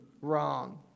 wrong